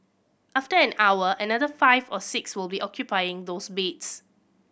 after an hour another five or six will be occupying those beds